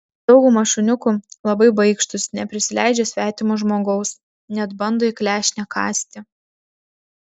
dauguma šuniukų labai baikštūs neprisileidžia svetimo žmogaus net bando į klešnę kąsti